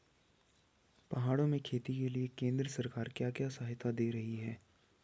पहाड़ों में खेती के लिए केंद्र सरकार क्या क्या सहायता दें रही है?